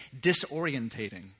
disorientating